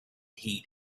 heat